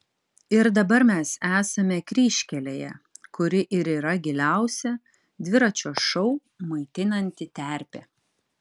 ir dabar mes esame kryžkelėje kuri ir yra giliausia dviračio šou maitinanti terpė